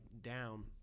down